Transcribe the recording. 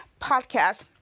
podcast